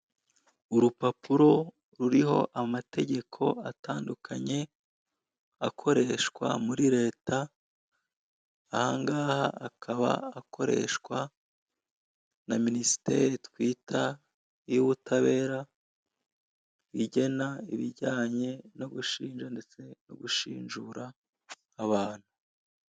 Urupapuro ruriho amategeko akoreshwa atandukanye akoreshwa muri leta aha nagaha akaba akoreshwa na Minisiteri twita iy'ubutabera igena ibijyanye no gushinja ndetse no gushinjura abantu.